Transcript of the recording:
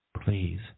please